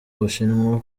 bushinwa